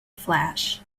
flash